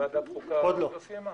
ועדת החוקה טרם סיימה?